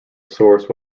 source